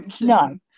No